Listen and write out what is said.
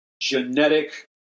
genetic